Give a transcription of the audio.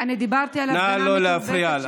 נא לא להפריע לה.